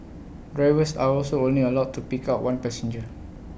drivers are also only allowed to pick up one passenger